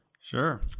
sure